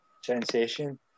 sensation